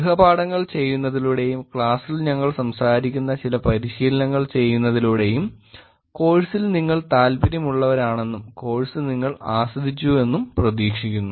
ഗൃഹപാഠങ്ങൾ ചെയ്യുന്നതിലൂടെയും ക്ലാസ്സിൽ ഞങ്ങൾ സംസാരിക്കുന്ന ചില പരിശീലനങ്ങൾ ചെയ്യുന്നതിലൂടെയും കോഴ്സിൽ നിങ്ങൾ താല്പര്യമുള്ളവരാണെന്നും കോഴ്സ് നിങ്ങൾ ആസ്വദിച്ചുവെന്നും പ്രതീക്ഷിക്കുന്നു